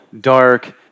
dark